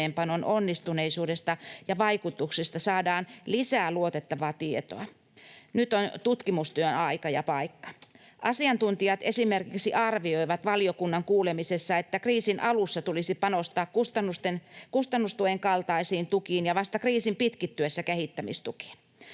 onnistuneisuudesta ja vaikutuksista saadaan lisää luotettavaa tietoa. Nyt on tutkimustyön aika ja paikka. Asiantuntijat esimerkiksi arvioivat valiokunnan kuulemisessa, että kriisin alussa tulisi panostaa kustannustuen kaltaisiin tukiin ja vasta kriisin pitkittyessä kehittämistukiin.